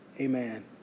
Amen